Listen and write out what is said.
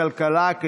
יו"ר ועדת הכלכלה,